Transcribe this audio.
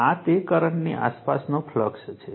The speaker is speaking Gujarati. તેથી આ તે કરંટની આસપાસનો ફ્લક્સ છે